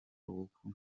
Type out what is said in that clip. ubukwe